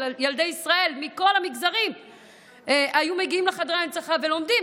וילדי ישראל מכל המגזרים היו מגיעים לחדרי ההנצחה ולומדים.